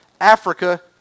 Africa